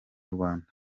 rwanda